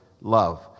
love